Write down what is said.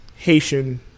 Haitian